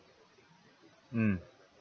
mm